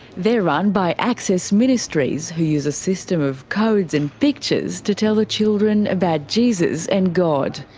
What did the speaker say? they're run by access ministries who use a system of codes and pictures to tell the children about jesus and god.